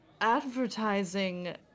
advertising